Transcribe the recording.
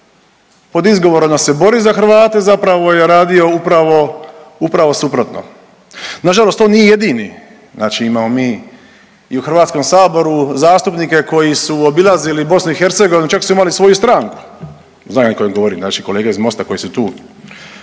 pod izgovorom da se bori za Hrvate zapravo je radio upravo, upravo suprotno. Nažalost on nije jedini, znači imamo mi i u HS zastupnike koji su obilazili BiH, čak su imali svoju stranku, znaju oni o kojim govorim, znači kolege iz Mosta koji su tu,